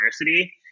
University